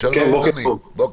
בוקר טוב.